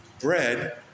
Bread